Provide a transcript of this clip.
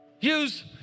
use